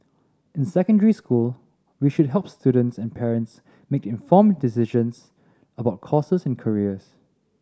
in secondary school we should help students and parents make informed decisions about courses and careers